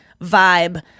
vibe